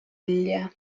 ллє